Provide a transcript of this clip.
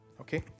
okay